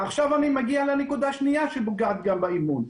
עכשיו אני מגיע גם לנקודה השנייה שפוגעת גם באימון.